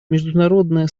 международное